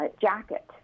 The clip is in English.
jacket